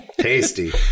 Tasty